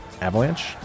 Avalanche